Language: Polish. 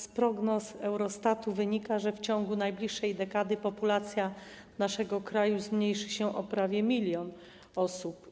Z prognoz Eurostatu wynika, że w ciągu najbliższej dekady populacja naszego kraju zmniejszy się o prawie 1 mln osób.